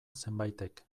zenbaitek